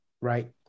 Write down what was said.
Right